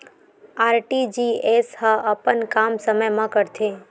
RTGS ह अपन काम समय मा करथे?